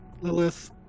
Lilith